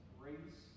grace